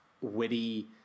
witty